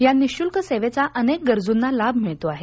या निःशुल्क सेवेचा अनेक गरजुंना लाभ मिळतो आहे